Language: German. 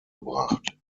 gebracht